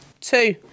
Two